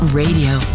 radio